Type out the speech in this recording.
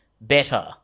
better